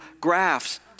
graphs